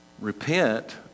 repent